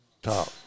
top